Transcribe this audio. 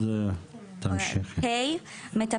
היו בעבר דיונים מהותיים.